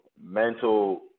mental